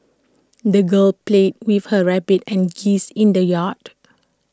the girl played with her rabbit and geese in the yard